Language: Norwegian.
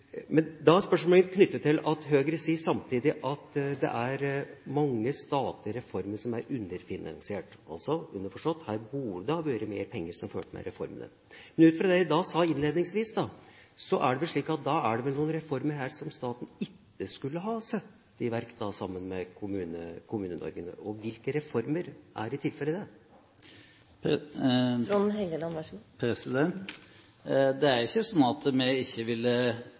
Men ut fra det en sa innledningsvis, er det vel noen reformer som staten ikke skulle ha satt i verk sammen med Kommune-Norge? Hvilke reformer er i tilfelle det? Det er ikke slik at vi ikke